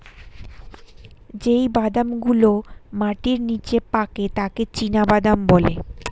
যেই বাদাম গুলো মাটির নিচে পাকে তাকে চীনাবাদাম বলে